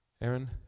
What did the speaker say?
Aaron